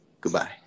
Goodbye